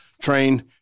train